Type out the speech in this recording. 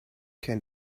can